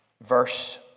Verse